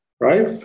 right